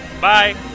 Bye